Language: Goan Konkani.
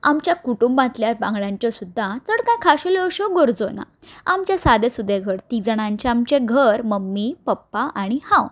आमच्या कुटुंबांतल्या वांगड्यांच्यो सुद्दां चड कांय खाशेल्यो असो गरजो ना आमचें सादेसुदें घर तीग जाणांचें आमचें घर मम्मी पप्पा आनी हांव